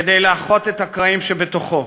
כדי לאחות את הקרעים שבתוכו.